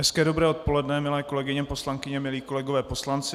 Hezké dobré odpoledne, milé kolegyně poslankyně, milí kolegové poslanci.